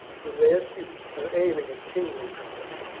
whom they accused of aiming at kingly power,